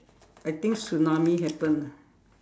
I think tsunami happened ah